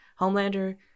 Homelander